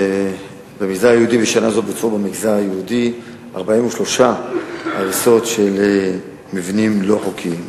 ובמגזר היהודי בוצעו בשנה זו 43 הריסות של מבנים לא חוקיים.